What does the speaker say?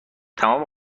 تمام